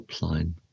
line